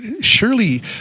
surely